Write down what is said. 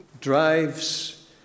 drives